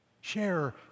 Share